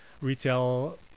retail